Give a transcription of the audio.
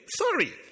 Sorry